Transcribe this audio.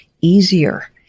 easier